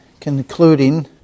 concluding